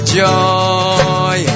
joy